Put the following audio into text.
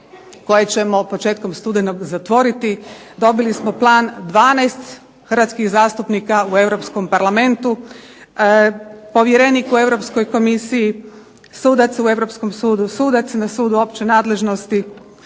koje ćemo početkom studenog zatvoriti, dobili smo plan 12 hrvatskih zastupnika u europskom Parlamentu. Povjerenik u Europskoj komisiji, sudac u Europskom sudu, sudac na Sudu opće nadležnosti